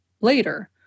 later